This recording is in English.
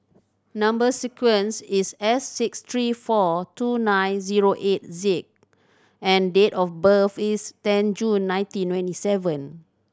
number sequence is S six three four two nine zero eight Z and date of birth is ten June nineteen twenty seven